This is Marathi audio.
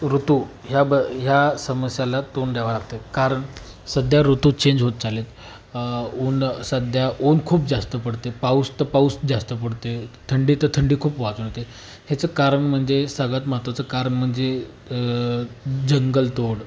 ऋतू ह्या ब ह्या समस्येला तोंड द्यावं लागते कारण सध्या ऋतू चेंज होत चालले आहेत ऊन सध्या ऊन खूप जास्त पडते पाऊस तर पाऊस जास्त पडते थंडी तर थंडी खूप वाजून येते ह्याचं कारण म्हणजे सगळ्यात महत्त्वाचं कारण म्हणजे जंगलतोड